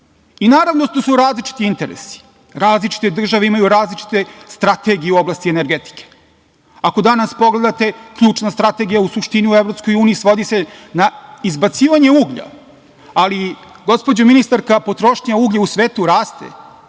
I, naravno da su različiti interesi. Različite države imaju različite strategije u oblasti energetike. Ako danas pogledate ključna strategija u suštini u EU svodi se na izbacivanje uglja, ali gospođo ministarka potrošnja uglja u svetu raste,